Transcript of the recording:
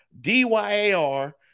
DYAR